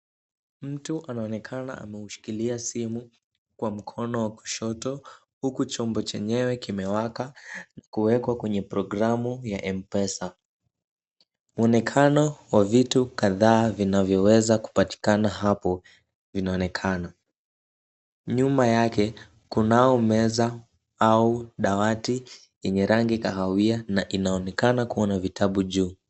Mtu anaonekana ameushikilia simu kwa mkono wa kushoto ,huku chombo chenyewe kimewaka, kuwekwa kwenye programu ya mpesa , mwonekano wa vitu kadhaa vinavyoweza wkupatikana hapo vinaonekana ,nyuma yake kunao meza au dawati yenye rangi kahawahia na inaonekana kua na vitabu juu .